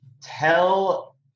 tell